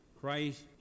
Christ